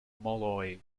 molloy